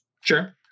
Sure